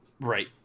Right